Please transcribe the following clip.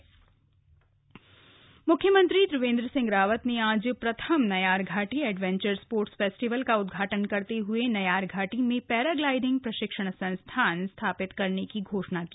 adventure sports festival मुख्यमंत्री त्रिवेंद्र सिंह रावत ने आज प्रथम नयारघाटी एडवेंचर स्पोर्ट्स फेस्टिवल का उद्घाटन करते हए नयारघाटी में पैराग्लाइडिंग प्रशिक्षण संस्थान स्थापित करने की घोषणा की